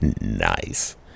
Nice